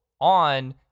on